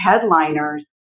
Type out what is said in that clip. headliners